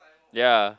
ya